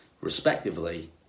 respectively